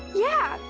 yeah,